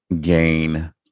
gain